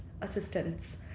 assistance